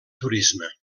turisme